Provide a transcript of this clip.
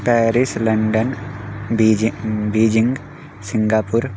Paris London बीजि Beijing Singapore